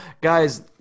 guys